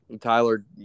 Tyler